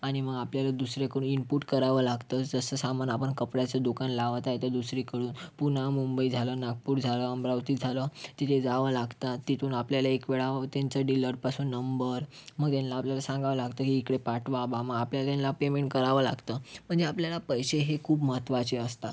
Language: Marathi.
आणि मग आपल्याला दुसऱ्याकडून इनपुट करावं लागतं जसं सामान आपण कपड्याचं दुकान लावत आहे तर दुसरीकडून पुना मुंबई झालं नागपूर झालं अमरावती झालं तिथे जावं लागतं तिथून आपल्याला एक वेळा व त्यांच्या डीलर पासून नंबर मग यांला आपल्याला सांगावं लागतं हे इकडे पाठवा बुवा मग आपल्याला त्यांना पेमेंट करावं लागतं म्हणजे आपल्याला पैसे हे खूप महत्त्वाचे असतात